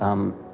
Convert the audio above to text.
um.